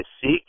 Seek